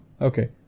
Okay